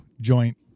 joint